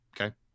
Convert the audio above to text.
okay